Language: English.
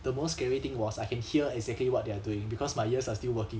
the most scary thing was I can hear exactly what they are doing because my ears are still working